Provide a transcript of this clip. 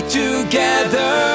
together